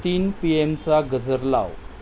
तीन पी एनचा गजर लाव